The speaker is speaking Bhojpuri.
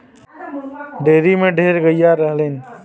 डेयरी में ढेर गइया रहलीन